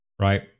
right